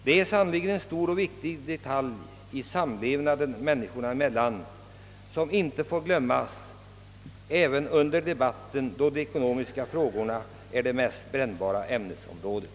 Detta är sannerligen en stor och viktig detalj i samlevnaden människorna emellan, som inte får glömmas ens under en debatt då de ekonomiska frågorna är det mest brännbara ämnesområdet.